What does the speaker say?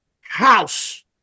house